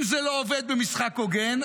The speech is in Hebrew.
אם זה לא עובד במשחק הוגן,